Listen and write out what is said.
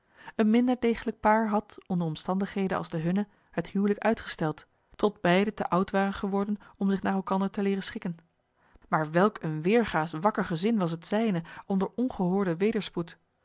een minder degelijk paar had onder omstandigheden als de hunne het huwelijk uitgesteld tot beiden te oud waren geworden om zich naar elkander te leeren schikken maar welk een weêrga's wakker gezin was het zijne onder ongehoorden